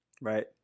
Right